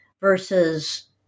versus